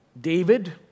David